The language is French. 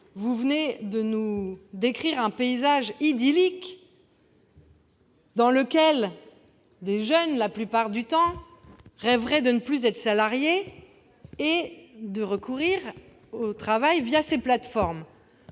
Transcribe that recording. vous venez de nous peindre un paysage idyllique, dans lequel des jeunes rêveraient de ne plus être salariés et de recourir au travail ces plateformes.